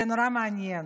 זה נורא מעניין.